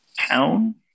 town